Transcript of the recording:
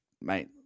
mate